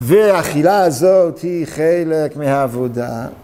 והאכילה הזאת היא חלק מהעבודה.